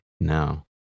No